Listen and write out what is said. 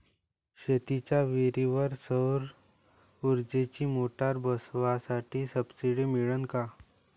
शेतीच्या विहीरीवर सौर ऊर्जेची मोटार बसवासाठी सबसीडी मिळन का?